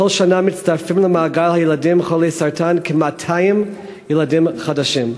כל שנה מצטרפים למעגל הילדים חולי הסרטן כ-200 ילדים חדשים.